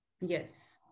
Yes